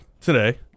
today